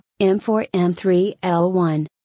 M4M3L1